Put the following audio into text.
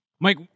Mike